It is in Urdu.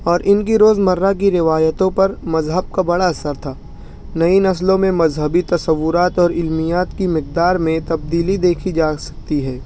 اور ان کی روزمرہ کی روایتوں پر مذہب کا بڑا اثر تھا نئی نسلوں میں مذہبی تصورات اور علمیات کی مقدار میں تبدیلی دیکھی جا سکتی ہے